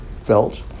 felt